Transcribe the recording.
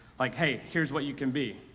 like hey, here's what you can be.